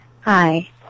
Hi